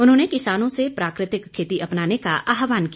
उन्होंने किसानों से प्राकृतिक खेती अपनाने का आहवान किया